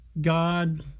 God